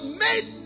made